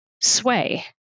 sway